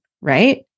right